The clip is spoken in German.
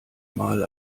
mal